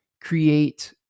create